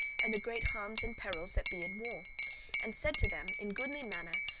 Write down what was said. and the great harms and perils that be in war and said to them, in goodly manner,